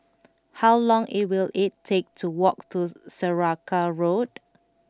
how long it will it take to walk to Saraca Road